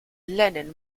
lenin